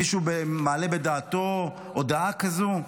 מישהו מעלה בדעתו הודעה כזו?